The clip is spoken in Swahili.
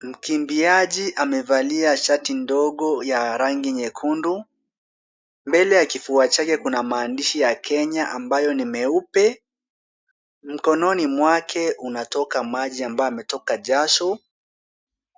Mkimbiaji amevalia shati ndogo ya rangi nyekundu. Mbele ya kifua chake kuna maandishi ya Kenya ambayo ni meupe. Mkononi mwake unatoka maji ambayo yametoka jasho.